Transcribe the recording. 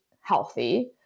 healthy